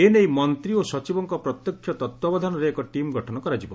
ଏନେଇ ମନ୍ତୀ ଓ ସଚିବଙ୍କ ପ୍ରତ୍ୟକ୍ଷ ତତ୍ତାବଧାନରେ ଏକ ଟିମ୍ ଗଠନ କରାଯିବ